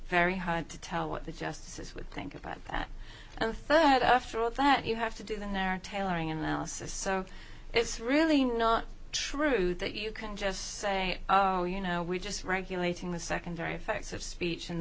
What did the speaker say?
very hard to tell what the justices would think about that and the third after all that you have to do then there are telling analysis so it's really not true that you can just say oh you know we just regulating the secondary effects of speech and